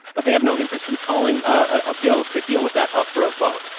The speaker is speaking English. but they have no interest in calling a bill to deal with that up for a vote.